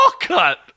cut